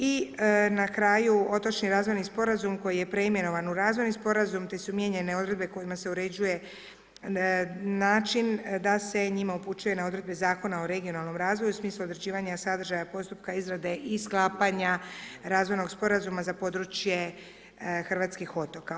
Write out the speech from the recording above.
I na kraju Otočni razvojni sporazum koji je preimenovan u razvojni sporazum te su mijenjane odredbe kojima se uređuje način da se njime upućuje na odredbe Zakona o regionalnom razvoju u smislu određivanja sadržaja, postupka izrade i sklapanja Razvojnog sporazuma za područje hrvatskih otoka.